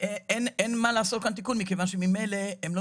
אין מה לעשות כאן תיקון מכיוון שממילא הם לא